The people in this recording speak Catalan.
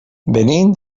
venim